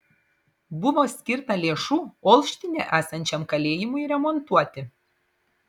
buvo skirta lėšų olštine esančiam kalėjimui remontuoti